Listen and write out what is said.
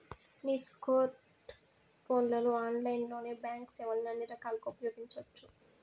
నీ స్కోర్ట్ ఫోన్లలో ఆన్లైన్లోనే బాంక్ సేవల్ని అన్ని రకాలుగా ఉపయోగించవచ్చు